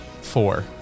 four